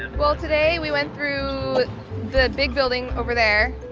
well, today we went through the big building over there.